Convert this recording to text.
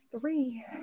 three